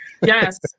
Yes